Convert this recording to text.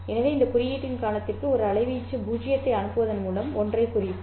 எனவே இந்த குறியீட்டின் காலத்திற்கு ஒரு அலைவீச்சு 0 ஐ அனுப்புவதன் மூலம் 1 ஐ குறிப்போம்